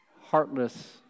heartless